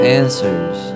answers